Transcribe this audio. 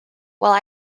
while